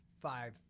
five